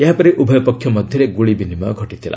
ଏହା ପରେ ଉଭୟପକ୍ଷ ମଧ୍ୟରେ ଗୁଳିବିନିମୟ ହୋଇଥିଲା